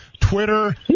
Twitter